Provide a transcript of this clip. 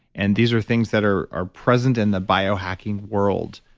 and these are things that are are present in the biohacking world.